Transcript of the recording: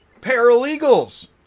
paralegals